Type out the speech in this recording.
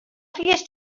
fuest